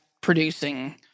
producing